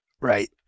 Right